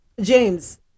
James